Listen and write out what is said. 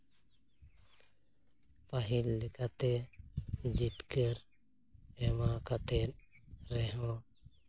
ᱯᱟᱹᱦᱤᱞ ᱞᱮᱠᱟᱛᱮ ᱡᱤᱛᱠᱟᱹᱨ ᱮᱢᱟ ᱠᱟᱛᱮ ᱨᱮᱦᱚᱸ